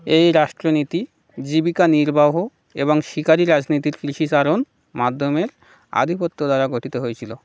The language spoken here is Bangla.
এই রাষ্ট্রনীতি জীবিকা নির্বাহ এবং শিকারী রাজনীতির কৃষি চারণ মাধ্যমের আধিপত্য দ্বারা গঠিত হয়েছিলো